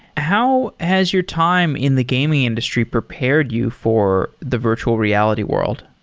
how has your time in the gaming industry prepared you for the virtual reality world?